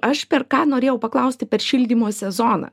aš per ką norėjau paklausti per šildymo sezoną